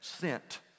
sent